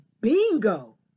bingo